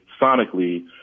sonically